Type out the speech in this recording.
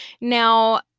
Now